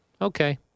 Okay